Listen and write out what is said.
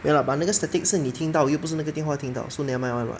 ya lah but 那个 static 是你听到又不是那个电话听到 so never mind [one] [what]